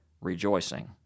rejoicing